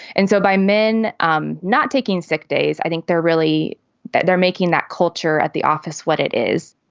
and so by men um not taking sick days, i think they're really that they're making that culture at the office. what it is,